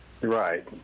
Right